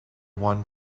one